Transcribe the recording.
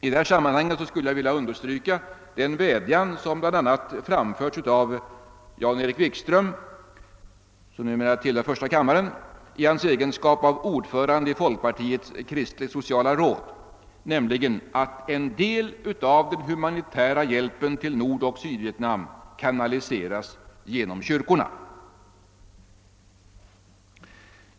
I detta sammanhang skulle jag vilja understryka den vädjan som framförts av bland andra Jan-Erik Wikström, som numera tillhör första kammaren, i hans egenskap av ordförande i folkpartiets kristligt-sociala råd, nämligen att en del av den humanitära hjälpen till Nordoch Sydvietnam kanaliseras genom kyrkorna.